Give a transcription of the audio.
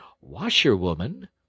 washerwoman